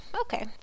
Okay